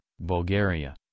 Bulgaria